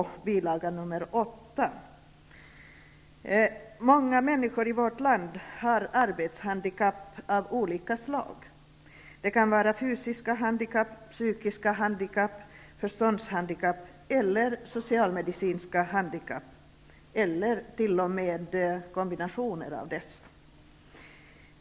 8 till proposition 125. Många människor i vårt land har arbetshandikapp av olika slag. Det kan vara fysiska handikapp, psykiska handikapp, förståndshandikapp eller socialmedicinska handikapp, eller t.o.m. kombinationer av dessa.